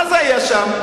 מה זה היה שם?